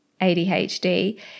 ADHD